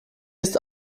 ist